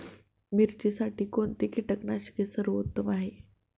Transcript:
मिरचीसाठी कोणते कीटकनाशके सर्वोत्तम आहे?